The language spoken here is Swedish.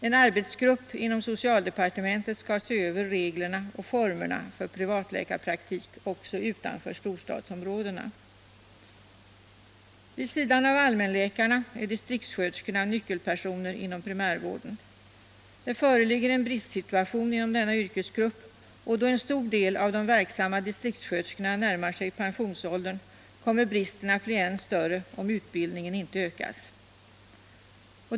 En arbetsgrupp inom socialdepartementet skall se över reglerna och formerna för privatläkarpraktik också utanför storstadsområdena. Vid sidan av allmänläkarna är distriktssköterskorna nyckelpersoner inom primärvården. Det föreligger en bristsituation inom denna yrkesgrupp, och då en stor del av de verksamma distriktssköterskorna närmar sig pensionsåldern, kommer bristen att bli än större, om inte utbildningen utökas.